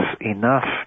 enough